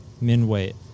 min-weight